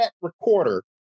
recorder